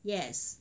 yes